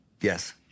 Yes